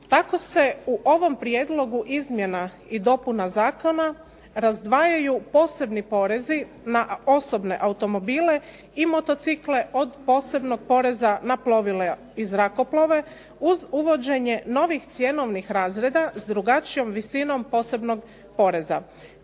Tako se u ovom prijedlogu izmjena i dopuna zakona razdvajaju posebni porezi na osobne automobile i motocikle od posebnog poreza na plovila i zrakoplove uz uvođenje novih cjenovnih razreda s drugačijom visinom posebnog poreza.